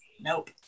nope